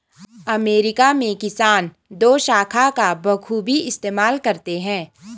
America में किसान दोशाखा का बखूबी इस्तेमाल करते हैं